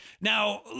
now